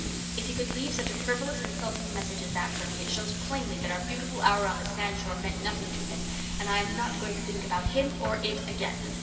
if he could leave such a frivolous, insulting message as that for me it shows plainly that our beautiful hour on the sandshore meant nothing to him and i am not going to think about him or it again.